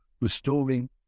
restoring